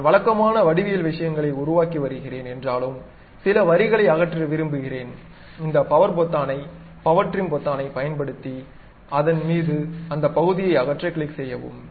நான் வழக்கமான வடிவியல் விஷயங்களை உருவாக்கி வருகிறேன் என்றாலும் சில வரிகளை அகற்ற விரும்புகிறேன் இந்த பவர் பொத்தான் பவர் டிரிம் பொத்தானைப் பயன்படுத்தி அதன் மீது அந்த பகுதியை அகற்ற கிளிக் செய்யவும்